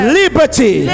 liberty